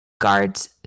Guards